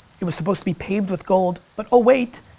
it was supposed to be paved with gold, but oh wait,